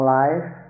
life